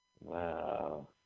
Wow